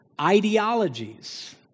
ideologies